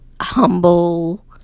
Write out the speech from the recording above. humble